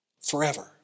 Forever